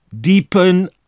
Deepen